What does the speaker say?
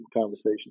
conversation